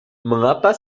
mengapa